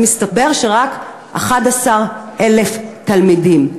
אז מסתבר שרק 11,000 תלמידים.